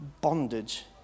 bondage